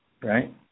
right